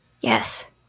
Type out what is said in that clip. Yes